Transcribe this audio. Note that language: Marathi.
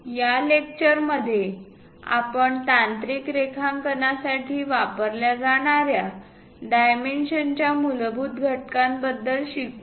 या लेक्चरमध्ये आपण तांत्रिक रेखांकनासाठी वापरल्या जाणार्या डायमेन्शनच्या मूलभूत घटकांबद्दल शिकू